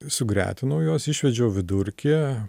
sugretinau juos išvedžiau vidurkį